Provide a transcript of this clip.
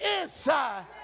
inside